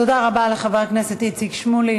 תודה רבה לחבר הכנסת איציק שמולי.